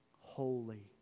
holy